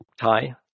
tie